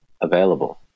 available